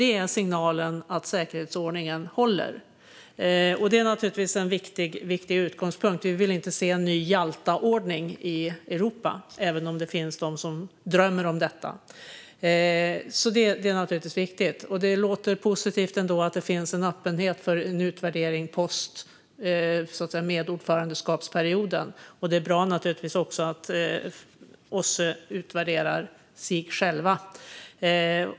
Det är en signal om att säkerhetsordningen håller, och det är naturligtvis en viktig utgångspunkt. Vi vill inte se en ny Jaltaordning i Europa, även om det finns de som drömmer om detta. Det låter positivt att det finns en öppenhet för en utvärdering post ordförandeskapsperioden. Det är naturligtvis också bra att OSSE utvärderar sig självt.